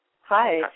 Hi